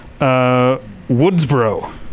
Woodsboro